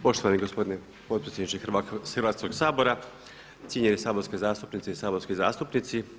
Poštovani gospodine potpredsjedniče Hrvatskoga sabora, cijenjene saborske zastupnice i saborski zastupnici.